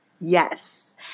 Yes